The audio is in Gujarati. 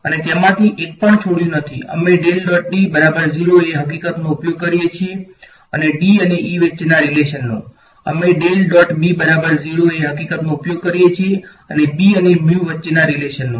અમે તેમાંથી એક પણ છોડ્યું નથી અમે એ હકીકતનો ઉપયોગ કરીએ છીએ અને D અને E વચ્ચેના રીલેશનનો અમે એ હકીકતનો ઉપયોગ કરીએ છીએ અને B અને mu વચ્ચેના રીલેશનનો